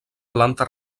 planta